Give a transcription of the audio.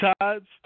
tides